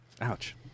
ouch